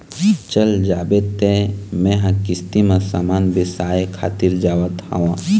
चल जाबे तें मेंहा किस्ती म समान बिसाय खातिर जावत हँव